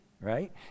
right